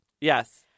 Yes